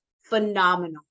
phenomenal